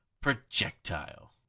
projectile